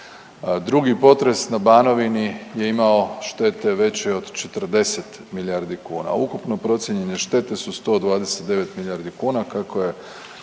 Drugi potres na Banovini je imao štete veće od 40 milijardi kuna. Ukupno procijenjene štete su 129 milijardi kuna. Kako je